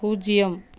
பூஜ்ஜியம்